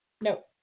No